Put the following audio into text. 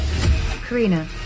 Karina